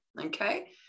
Okay